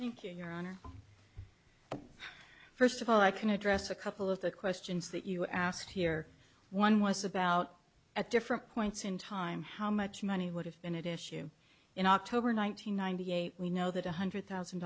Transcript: thinking your honor first of all i can address a couple of the questions that you asked here one was about at different points in time how much money would have been an issue in october nine hundred ninety eight we know that one hundred thousand